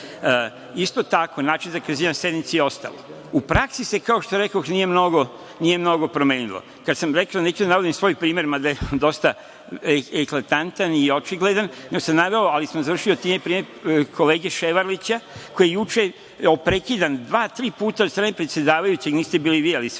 tako, način zakazivanja sednica je ostalo, u prakso se, kao što rekoh, nije mnogo promenilo. Kad sam rekao da neću da navodim svoj primer, mada je dosta eklatantan i očigledan, nego sam naveo, ali sam završio time pre kolege Ševarlića koji je juče bio prekidan dva, tri puta od strane predsedavajućeg, niste bili vi tu, ali